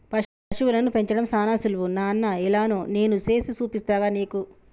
పశువులను పెంచడం సానా సులువు నాన్న ఎలానో నేను సేసి చూపిస్తాగా నీకు